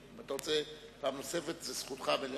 אתה רוצה פעם נוספת, זו זכותך המלאה.